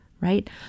right